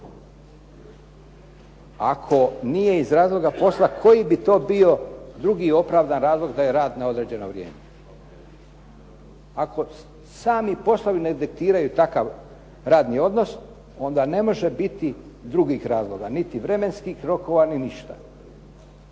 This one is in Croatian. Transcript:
Ako nije iz razloga posla koji bi to bio drugi opravdan razlog da je rad na određeno vrijeme. Ako sami poslovi ne diktiraju takav radni odnos, onda ne može biti drugih razloga niti vremenskih rokova niti ništa.